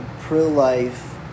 Pro-life